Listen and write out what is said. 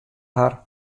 har